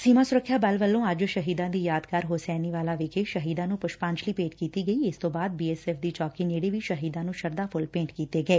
ਸੀਮਾ ਸੁਰੱਖਿਆ ਬਲ ਵੱਲੋਂ ਅੱਜ ਸ਼ਹੀਦਾਂ ਦੀ ਯਾਦਗਾਰ ਹੁਸੈਨੀਵਾਲਾ ਵਿਖੇ ਸ਼ਹੀਦਾਂ ਨੂੰ ਪੁਸ਼ਪਾਜਲੀ ਭੇਂਟ ਕੀਤੀ ਗਈ ਇਸ ਤੋਂ ਬਾਅਦ ਬੀ ਐਸ ਐਫ਼ ਦੀ ਚੌਕੀ ਨੇੜੇ ਵੀ ਸ਼ਹੀਦਾਂ ਨੂੰ ਸ਼ਰਧਾ ਫੁੱਲ ਭੇਂਟ ਕੀਤੇ ਗਏ